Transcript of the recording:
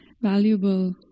valuable